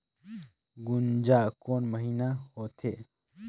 गुनजा कोन महीना होथे?